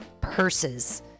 purses